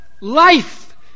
life